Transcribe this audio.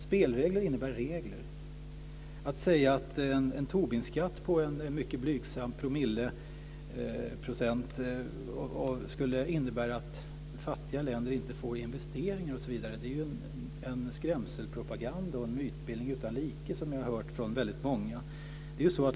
Spelregler innebär regler. Att säga att en Tobinskatt på en mycket blygsam promille eller procent skulle innebära att fattiga länder inte får investeringar osv. är ju en skrämselpropaganda och en mytbildning utan like som jag har hört från väldigt många.